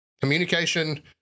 communication